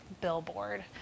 billboard